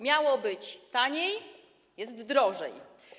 Miało być taniej, a jest drożej.